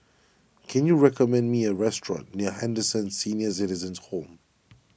can you recommend me a restaurant near Henderson Senior Citizens' Home